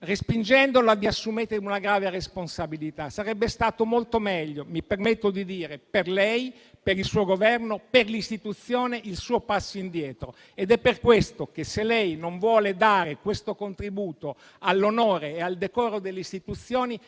respingendola vi assumete una grave responsabilità. Sarebbe stato molto meglio - mi permetto di dire - per lei, per il suo Governo, per l'istituzione, il suo passo indietro. Ed è per questo che, se lei non vuole dare un tale contributo all'onore e al decoro delle istituzioni,